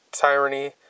tyranny